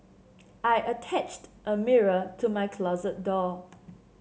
I attached a mirror to my closet door